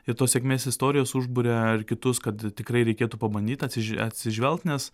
ir tos sėkmės istorijos užburia ir kitus kad tikrai reikėtų pabandyt atsiž atsižvelgt nes